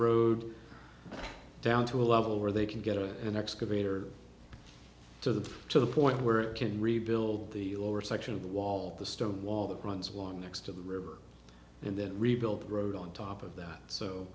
road down to a level where they can get to an excavator to the to the point where it can rebuild the lower section of the wall the stone wall that runs along next to the river and then rebuild the road on top of that so